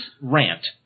rant